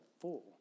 full